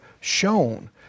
shown